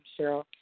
Cheryl